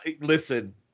Listen